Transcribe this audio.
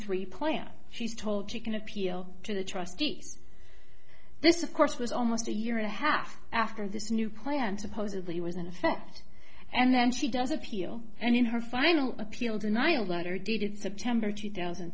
three plan she's told she can appeal to the trustees this of course was almost a year and a half after this new plan supposedly was in effect and then she does appeal and in her final appeal denial letter dated september two thousand